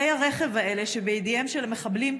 כלי הרכב האלה שבידיהם של המחבלים,